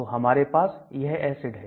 तो हमारे पास यह एसिड है